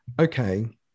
okay